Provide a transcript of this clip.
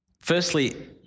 firstly